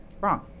wrong